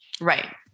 Right